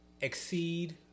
exceed